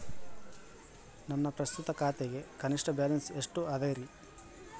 ನನ್ನ ಪ್ರಸ್ತುತ ಖಾತೆಗೆ ಕನಿಷ್ಠ ಬ್ಯಾಲೆನ್ಸ್ ಎಷ್ಟು ಅದರಿ?